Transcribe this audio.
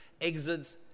exits